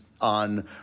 on